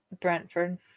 Brentford